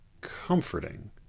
comforting